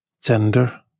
gender